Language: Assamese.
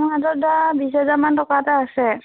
মোৰ হাতত ধৰা বিশ হেজাৰমান টকা এটা আছে